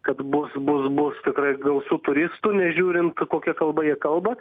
kad bus bus bus tikrai gausu turistų nežiūrint kokia kalba jie kalba